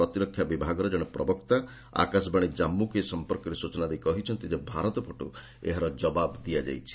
ପ୍ରତିରକ୍ଷା ବିଭାଗର ଜଣେ ପ୍ରବକ୍ତା ଆକାଶବାଣୀ ଜାନ୍ଗୁକୁ ଏ ସଂପର୍କରେ ସୂଚନା ଦେଇ କହିଛନ୍ତି ଯେ ଭାରତ ପଟୁ ଏହାର ଜବାବ ଦିଆଯାଇଛି